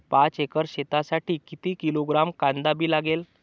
पाच एकर शेतासाठी किती किलोग्रॅम कांदा बी लागेल?